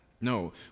No